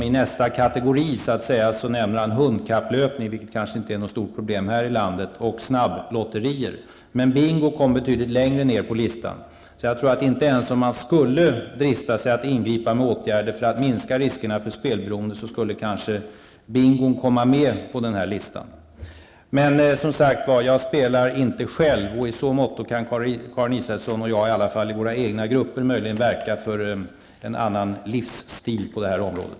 I nästa kategori så att säga nämner han hundkapplöpning, vilket kanske inte är något stort problem här i landet, och snabblotterier, men bingo kommer betydligt längre ned på listan. Inte ens om man skulle drista sig att ingripa med åtgärder för att minska riskerna för spelberoende skulle kanske bingon komma med på den listan. Jag spelar som sagt inte själv. I så måtto kan Karin Israelsson och jag i alla fall i våra egna grupper möjligen verka för en annan livsstil på det här området.